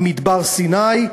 עם מדבר סיני,